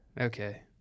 Okay